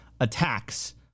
attacks